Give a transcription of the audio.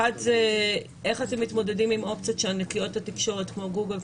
1. איך אתם מתמודדים עם אופציות שענקיות התקשורת כמו גוגל,